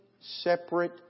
separate